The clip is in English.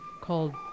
called